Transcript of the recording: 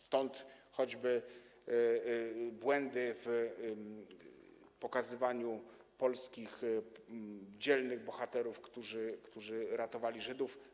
Stąd choćby błędy w pokazywaniu polskich dzielnych bohaterów, którzy ratowali Żydów.